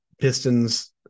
Pistons